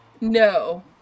no